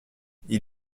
ils